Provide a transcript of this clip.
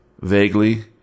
Vaguely